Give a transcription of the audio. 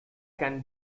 can